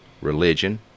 religion